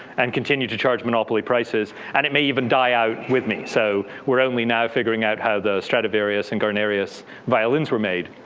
and continue to charge monopoly prices. and it may even die out with me. so we're only now figuring out how the stradivarious and guarnarious violins were made,